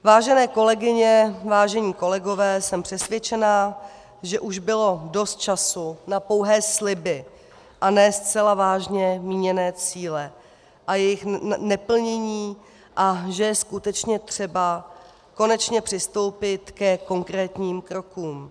Vážené kolegyně, vážení kolegové, jsem přesvědčena, že už bylo dost času na pouhé sliby a ne zcela vážně míněné cíle a jejich neplnění a že je skutečně třeba konečně přistoupit ke konkrétním krokům.